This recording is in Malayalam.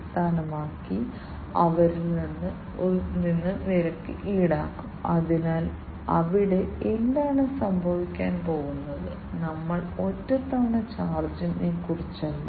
അടിസ്ഥാനപരമായി വിഴുങ്ങാൻ കഴിയുന്ന സ്മാർട്ട് ഗുളികകൾ ഉണ്ട് ഈ ഗുളികകൾ മനുഷ്യ രക്തചംക്രമണ സംവിധാനത്തിലേക്ക് പോകുന്നു